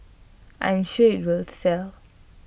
I'm sure IT will sell